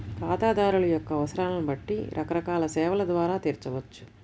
ఖాతాదారుల యొక్క అవసరాలను బట్టి రకరకాల సేవల ద్వారా తీర్చవచ్చు